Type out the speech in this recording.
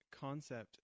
concept